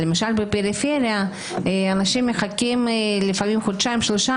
למשל בפריפריה אנשים מחכים לפעמיים חודשיים-שלושה